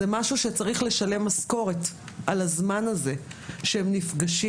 צריך לשלם משכורת על הזמן הזה שהם נפגשים